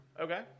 Okay